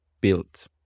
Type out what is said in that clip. built